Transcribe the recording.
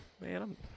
man